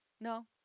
No